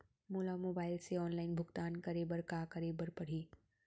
मोला मोबाइल से ऑनलाइन भुगतान करे बर का करे बर पड़ही?